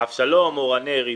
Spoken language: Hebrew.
אבשלום, אור הנר, ...